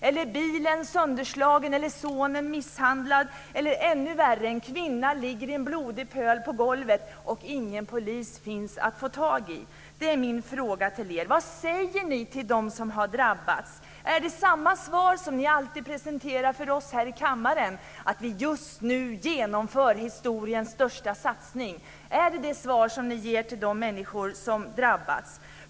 Eller om bilen blivit sönderslagen, sonen misshandlad eller - ännu värre - om en kvinna ligger i en blodig pöl på golvet och ingen polis finns att få tag i? Det är min fråga till er. Vad säger ni till dem som har drabbats? Är det samma svar som ni alltid presenterar för oss här i kammaren, att vi just nu genomför historiens största satsning. Är det svaret ni ger till de människor som har drabbats?